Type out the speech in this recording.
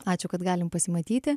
ačiū kad galim pasimatyti